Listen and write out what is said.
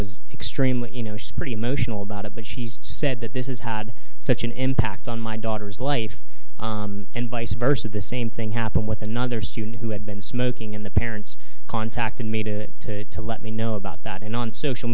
was extremely you know she pretty emotional about it but she said that this is had such an impact on my daughter's life and vice versa the same thing happened with another student who had been smoking and the parents contacted me to let me know about that and on social